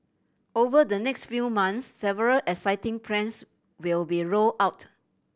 over the next few months several exciting plans will be rolled out